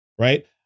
right